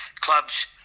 Clubs